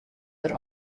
der